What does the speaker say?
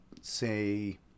say